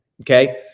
okay